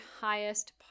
highest